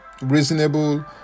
reasonable